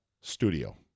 studio